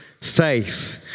faith